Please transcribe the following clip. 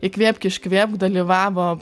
įkvėpk iškvėpk dalyvavo